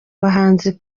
bahanzi